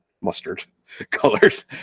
mustard-colored